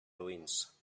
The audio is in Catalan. roïns